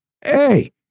Hey